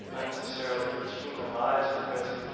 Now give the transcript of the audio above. unnecessarily puts human lives at risk,